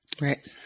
Right